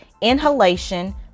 Inhalation